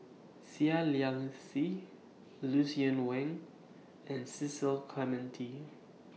Seah Liang Seah Lucien Wang and Cecil Clementi